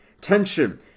tension